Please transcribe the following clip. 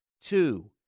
two